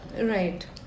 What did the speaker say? Right